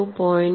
2 0